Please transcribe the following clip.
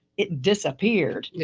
it disappeared! yeah